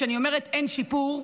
כשאני אומרת שאין שיפור,